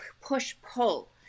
push-pull